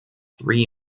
three